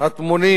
הטמונים